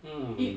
mm